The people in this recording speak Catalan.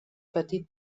petit